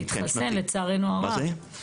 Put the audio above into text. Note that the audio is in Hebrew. הסבירו לי שאי אפשר להגיש אותו לסל וצריך או באמת להביא